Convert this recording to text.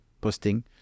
posting